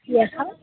ह्यः